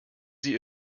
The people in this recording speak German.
sie